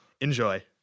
Enjoy